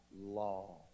law